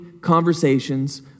conversations